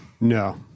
No